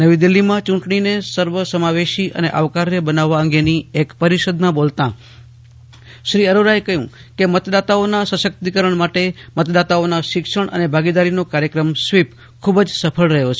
નવી દિલ્હીમાં ચુંટણીને સર્વ સમાવેશી અને આવકાર્ય બનાવવા અંગેની એક પરિષદમાં બોલતા શ્રી અરોરાએ કહ્યું કે મતદાતાઓના સશક્તિકરણ માટે મતદાતાઓના શિક્ષણ અને ભાગીદારીનો કાર્યક્રમ સ્વીપ ખુબજ સફળ રહ્યું છે